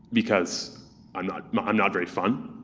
because i'm not not very fun.